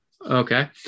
Okay